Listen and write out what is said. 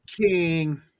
King